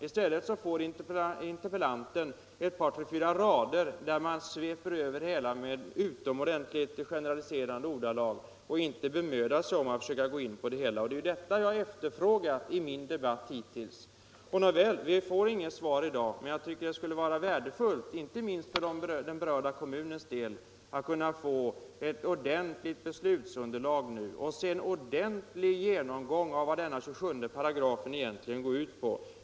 I stället får interpellanten tre, fyra rader där man sveper över det hela i utomordentligt generaliserande ordalag och inte bemödar sig om att ordentligt gå in på frågan. Det är detta jag har efterfrågat i min debatt hittills. Nåväl, vi får inget svar i dag, men jag tycker det skulle vara värdefullt, inte minst för den berörda kommunens del, att få ett ordentligt beslutsunderlag nu och en ordentlig genomgång av vad 27 § egentligen går ut på.